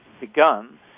begun